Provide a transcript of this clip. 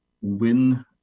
win